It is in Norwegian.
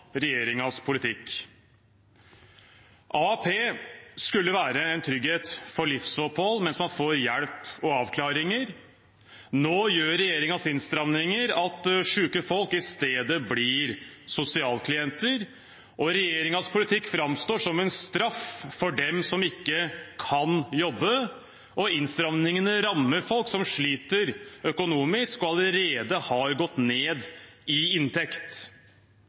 politikk. AAP skulle være en trygghet for livsopphold mens man får hjelp og avklaringer. Nå gjør regjeringens innstramminger at syke folk i stedet blir sosialklienter. Regjeringens politikk framstår som en straff for dem som ikke kan jobbe, og innstrammingene rammer folk som sliter økonomisk og allerede har gått ned i inntekt.